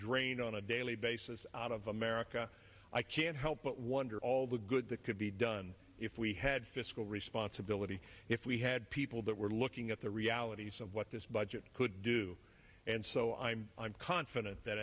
drained on a daily basis out of america i can't help but wonder all the good that could be done if we had fiscal responsibility if we had people that were looking at the realities of what this budget could do and so i'm i'm confident that